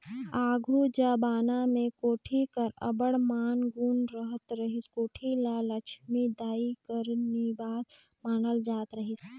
आघु जबाना मे कोठी कर अब्बड़ मान गुन रहत रहिस, कोठी ल लछमी दाई कर निबास मानल जात रहिस